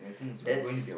that's